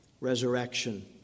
resurrection